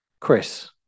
Chris